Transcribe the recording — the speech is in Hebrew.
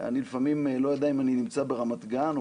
לפעמים אני לא יודע אם אני נמצא ברמת גן,